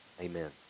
Amen